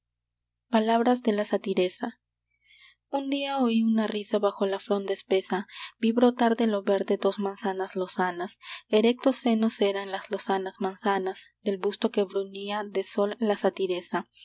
palabras de la satiresa un día oí una risa bajo la fronda espesa vi brotar de lo verde dos manzanas lozanas erectos senos eran las lozanas manzanas del busto que bruñía de sol la satiresa